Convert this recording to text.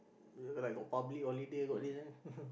like got public holiday got these then